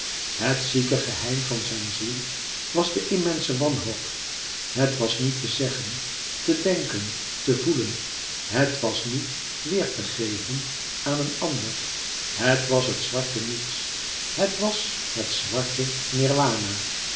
het zieke geheim van zijn ziel was de immense wanhoop het was niet te zeggen te denken te voelen het was niet weêr te geven aan een ander het was het zwarte niets het was het zwarte nirwana